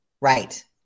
right